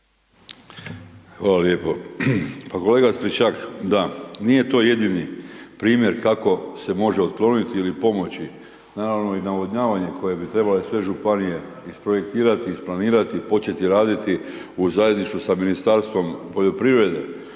Hvala lijepo. Pa kolega Stričak, da, nije to jedini primjer kako se može otkloniti ili pomoći, naravno i navodnjavanje koje bi trebale sve županije isprojektirati, isplanirati, početi raditi u zajedništvu sa Ministarstvom poljoprivrede